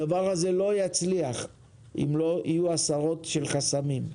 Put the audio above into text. הדבר הזה לא יצליח אם לא יהיו עשרות של חסמים.